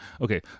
Okay